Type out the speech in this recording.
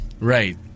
Right